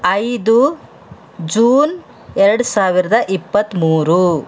ಐದು ಜೂನ್ ಎರಡು ಸಾವಿರದ ಇಪ್ಪತ್ತ್ಮೂರು